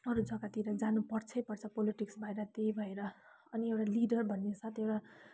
अरू जग्गातिर जानुपर्छै पर्छ पोलिटिक्स भएर त्यही भएर अनि एउटा लिडर भन्नुसाथ एउटा